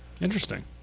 interesting